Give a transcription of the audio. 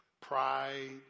pride